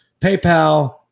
PayPal